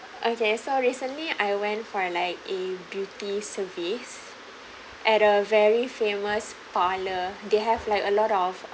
okay so recently I went for like a beauty service at a very famous parlour they have like a lot of